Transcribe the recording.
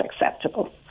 acceptable